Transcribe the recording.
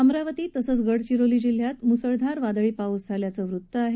अमरावती तसंच गडचिरोली जिल्ह्यात मुसळधार वादळी पाऊस झाल्याचं वृत्त आहे